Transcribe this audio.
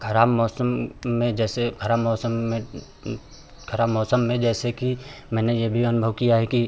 खराब मौसम में जैसे खराब मौसम में खराब मौसम में जैसे कि मैंने यह भी अनुभव किया है कि